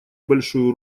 большую